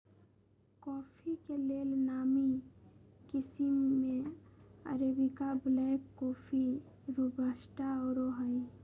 coffee के लेल नामी किशिम में अरेबिका, ब्लैक कॉफ़ी, रोबस्टा आउरो हइ